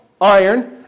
iron